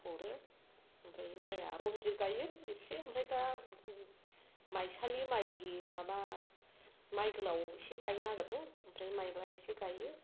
हरो ओमफ्राय माइया रनजित गायो इसे ओमफ्राय दा मायसालि माय माबा माइ गोलाव इसे गायनो नागिरदों ओमफ्राय माइब्रा इसे गायो